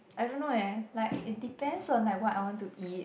I don't know leh like it depends on like what I want to eat